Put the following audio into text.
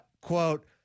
quote